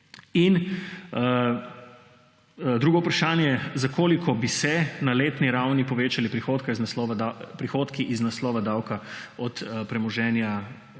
Drugo vprašanje: Za koliko bi se na letni ravni povečali prihodki iz naslova davka od premoženja